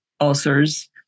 ulcers